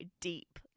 deep